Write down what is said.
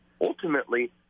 Ultimately